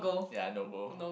ya no go